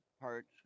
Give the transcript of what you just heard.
parts